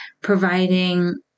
providing